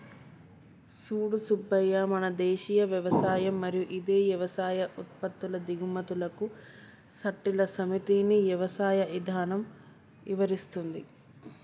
సూడు సూబ్బయ్య మన దేసీయ యవసాయం మరియు ఇదే యవసాయ ఉత్పత్తుల దిగుమతులకు సట్టిల సమితిని యవసాయ ఇధానం ఇవరిస్తుంది